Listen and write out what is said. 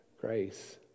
grace